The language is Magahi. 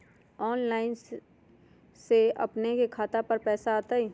ऑनलाइन से अपने के खाता पर पैसा आ तई?